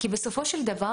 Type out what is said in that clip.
כי בסופו של דבר